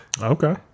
Okay